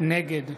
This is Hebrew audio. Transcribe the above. נגד